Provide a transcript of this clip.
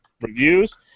reviews